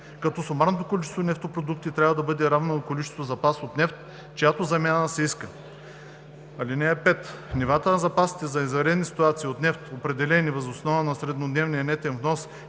като сумарното количество нефтопродукти трябва да бъде равно на количеството запас от нефт, чиято замяна се иска. (5)Нивата на запасите за извънредни ситуации от нефт, определени въз основа на среднодневния нетен внос